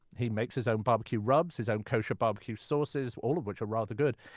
he makes his own barbecue rubs his own kosher barbecue sauces, all of which are rather good.